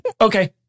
Okay